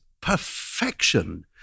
perfection